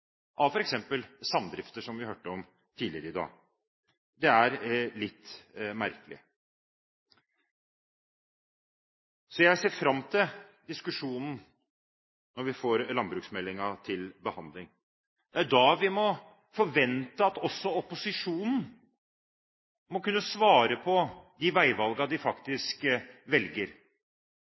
av f.eks. samdrifter, som vi hørte om tidligere i dag. Det er litt merkelig. Så jeg ser fram til diskusjonen når vi får landbruksmeldingen til behandling. Det er da vi må forvente at også opposisjonen må kunne svare på de veivalgene de faktisk